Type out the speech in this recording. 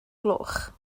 gloch